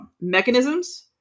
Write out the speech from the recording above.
mechanisms